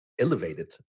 elevated